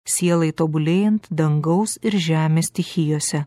sielai tobulėjant dangaus ir žemės stichijose